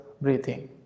breathing